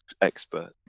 expert